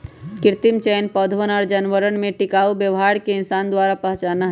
कृत्रिम चयन पौधवन और जानवरवन में टिकाऊ व्यवहार के इंसान द्वारा पहचाना हई